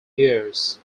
years